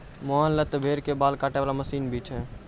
मोहन लॅ त भेड़ के बाल काटै वाला मशीन भी छै